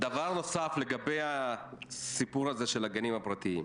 דבר נוסף לגבי הסיפור של הגנים הפרטיים.